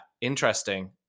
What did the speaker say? interesting